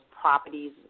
properties